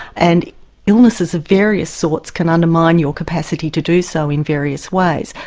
and illnesses of various sorts can undermine your capacity to do so in various ways.